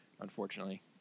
unfortunately